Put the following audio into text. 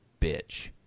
bitch